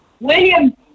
William